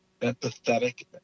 empathetic